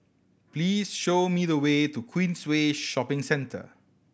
please show me the way to Queensway Shopping Centre